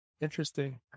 Interesting